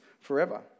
forever